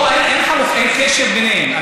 לא, אין קשר ביניהם.